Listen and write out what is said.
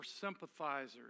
sympathizers